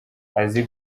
azi